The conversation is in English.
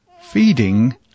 feeding